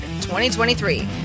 2023